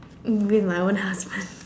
mm with my own husband